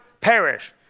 perish